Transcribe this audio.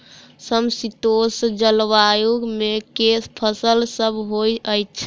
समशीतोष्ण जलवायु मे केँ फसल सब होइत अछि?